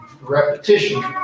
Repetition